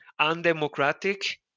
undemocratic